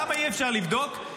למה אי-אפשר לבדוק?